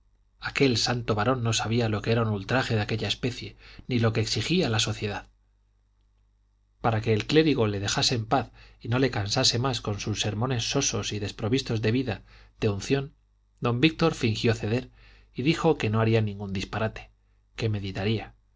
aquel santo varón no sabía lo que era un ultraje de aquella especie ni lo que exigía la sociedad para que el clérigo le dejase en paz y no le cansase más con sus sermones sosos y desprovistos de vida de unción don víctor fingió ceder y dijo que no haría ningún disparate que meditaría